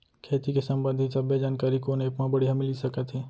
खेती के संबंधित सब्बे जानकारी कोन एप मा बढ़िया मिलिस सकत हे?